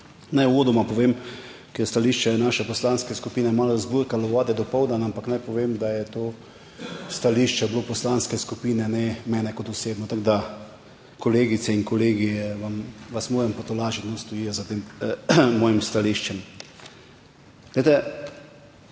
Naj uvodoma povem, ker je stališče naše poslanske skupine malo razburkalo vode dopoldan, ampak naj povem, da je to stališče je bilo poslanske skupine, ne mene kot osebno. Tako da kolegice in kolegi, vam vas moram potolažiti, stojijo za tem mojim stališčem.